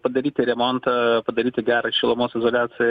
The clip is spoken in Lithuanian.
padaryti remontą padaryti gerą šilumos izoliaciją